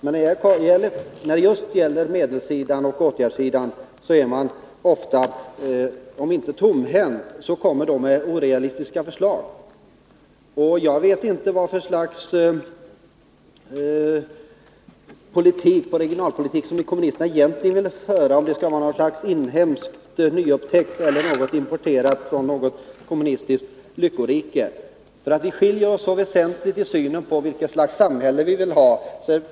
Men när det gäller medelssidan och åtgärdssidan kommer man ofta med orealistiska förslag om man nu inte är helt tomhänt. Jag vet inte vad för slags regionalpolitik som ni kommunister egentligen vill föra — om det skall vara något slags inhemsk nyupptäckt eller något importerat från ett kommunistiskt lyckorike. Vi skiljer oss väsentligt i synen på vilket slags samhälle vi vill ha.